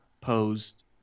posed